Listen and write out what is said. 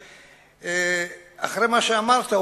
שאחרי מה שאמרת,